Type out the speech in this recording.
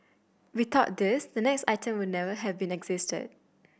without this the next item would never have been existed